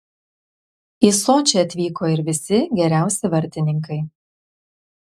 į sočį atvyko ir visi geriausi vartininkai